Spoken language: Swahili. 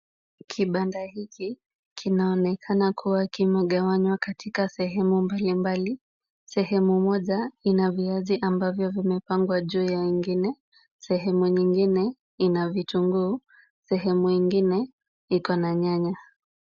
Kibanda hiki kinaonekana kuwa kimegawanywa katika sehemu mbalimbali. Sehemu moja ina viazi ambavyo vimepangwa juu ya ingine, sehemu nyingine ina vitunguu, sehemu ingine iko na nyanya.